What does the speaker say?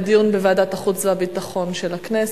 לדיון בוועדת החוץ והביטחון של הכנסת.